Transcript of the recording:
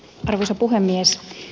arvoisa puhemies